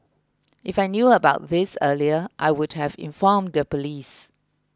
if I knew about this earlier I would have informed the police